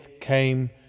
came